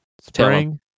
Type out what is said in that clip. Spring